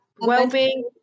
well-being